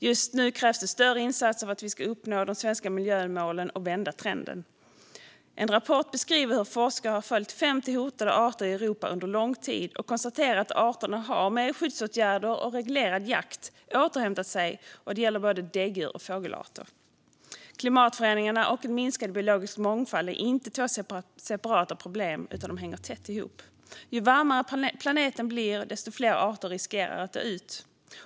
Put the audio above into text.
Just nu krävs det större insatser för att vi ska uppnå de svenska miljömålen och vända trenden. En rapport beskriver hur forskare har följt 50 hotade arter i Europa under lång tid och konstaterar att arterna genom skyddsåtgärder och reglerad jakt har återhämtat sig; det gäller både däggdjur och fågelarter. Klimatförändringarna och en minskande biologisk mångfald är inte två separata problem utan hänger tätt ihop. Ju varmare planeten blir, desto fler arter riskerar att dö ut.